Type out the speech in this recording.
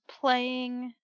playing